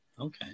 Okay